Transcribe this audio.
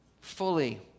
fully